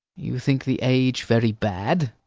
you think the age very bad?